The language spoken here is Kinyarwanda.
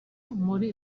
muri